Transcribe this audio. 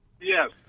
Yes